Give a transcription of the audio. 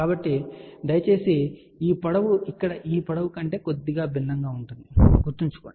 కాబట్టి దయచేసి ఈ పొడవు ఇక్కడ ఈ పొడవు కంటే కొద్దిగా భిన్నంగా ఉంటుందని గుర్తుంచుకోండి